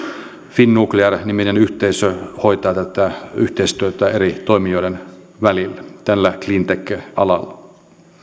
finnuclear niminen yhteisö hoitaa tätä yhteistyötä eri toimijoiden välillä tällä cleantech alalla